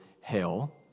hell